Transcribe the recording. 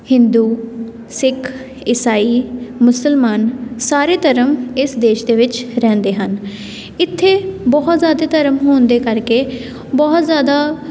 ਹਿੰਦੂ ਸਿੱਖ ਇਸਾਈ ਮੁਸਲਮਾਨ ਸਾਰੇ ਧਰਮ ਇਸ ਦੇਸ਼ ਦੇ ਵਿੱਚ ਰਹਿੰਦੇ ਹਨ ਇੱਥੇ ਬਹੁਤ ਜ਼ਿਆਦਾ ਧਰਮ ਹੋਣ ਦੇ ਕਰਕੇ ਬਹੁਤ ਜ਼ਿਆਦਾ